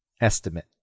Estimate